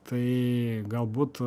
tai galbūt